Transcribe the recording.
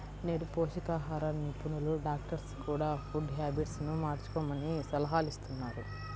నేడు పోషకాహార నిపుణులు, డాక్టర్స్ కూడ ఫుడ్ హ్యాబిట్స్ ను మార్చుకోమని సలహాలిస్తున్నారు